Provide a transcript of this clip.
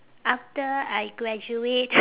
after I graduate